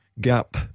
gap